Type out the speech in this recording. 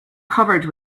covered